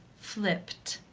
flipped.